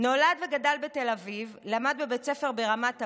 נולד וגדל בתל אביב, למד בבית ספר ברמת אביב,